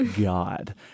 God